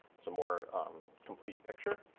it's a more complete picture.